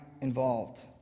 involved